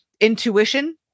intuition